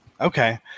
Okay